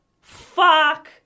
Fuck